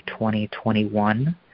2021